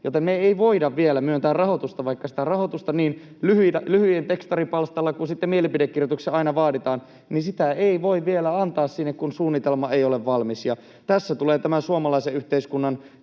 joten me ei voida vielä myöntää rahoitusta. Vaikka sitä rahoitusta niin lyhyiden tekstarien palstalla kuin sitten mielipidekirjoituksissa aina vaaditaan, niin sitä ei voi vielä antaa sinne, kun suunnitelma ei ole valmis. Tässä tulee tämä suomalaisen yhteiskunnan